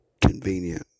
convenient